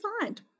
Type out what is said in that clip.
find